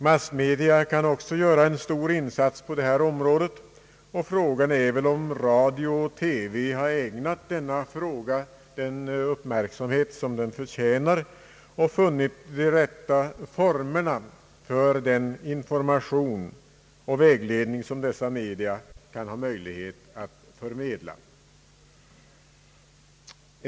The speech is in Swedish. Massmedia kan även göra en stor insats på detta område, och frågan är om radio och TV har ägnat detta problem den uppmärksamhet som det förtjänar och funnit de rätta formerna för den information och vägledning som dessa media har möjlighet att förmedla.